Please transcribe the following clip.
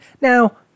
Now